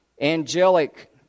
angelic